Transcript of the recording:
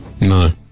No